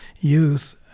youth